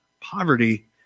poverty